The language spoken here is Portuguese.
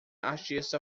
artista